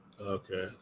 Okay